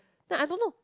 no I don't know